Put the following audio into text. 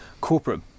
corporate